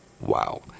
Wow